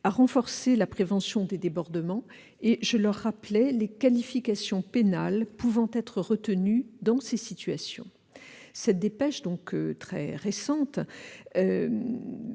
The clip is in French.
renforcer la prévention des débordements et je leur rappelle les qualifications pénales pouvant être retenues dans ces situations. Cette récente dépêche